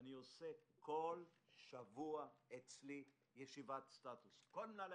אני עושה כל שבוע אצלי ישיבת סטטוס עם כל מנהלי